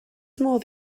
modd